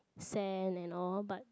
sand and all but